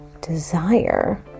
desire